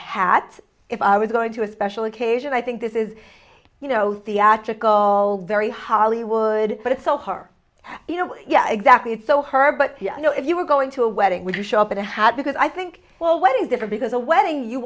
hat if i was going to a special occasion i think this is you know theatrical all very hollywood but it's so hard you know yeah exactly it's so hard but you know if you were going to a wedding would you show up in a hat because i think well when you differ because a wedding you